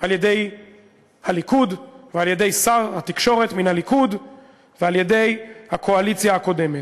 על-ידי הליכוד ועל-ידי שר התקשורת מן הליכוד ועל-ידי הקואליציה הקודמת,